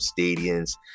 stadiums